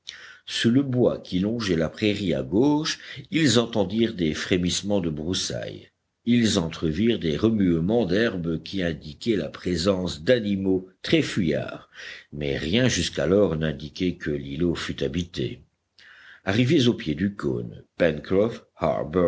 sous le bois qui longeait la prairie à gauche ils entendirent des frémissements de broussailles ils entrevirent des remuements d'herbes qui indiquaient la présence d'animaux très fuyards mais rien jusqu'alors n'indiquait que l'îlot fût habité arrivés au pied du cône